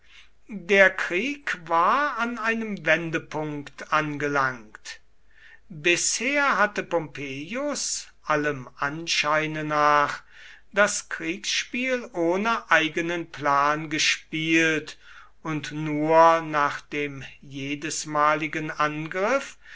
der krieg war an einem wendepunkt angelangt bisher hatte pompeius allem anscheine nach das kriegsspiel ohne eigenen plan gespielt und nur nach dem jedesmaligen angriff